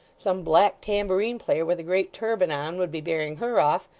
some black tambourine-player, with a great turban on, would be bearing her off,